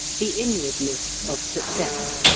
the inwardness of success